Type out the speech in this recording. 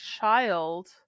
child